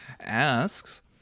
asks